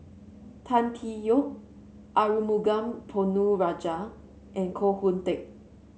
Tan Tee Yoke Arumugam Ponnu Rajah and Koh Hoon Teck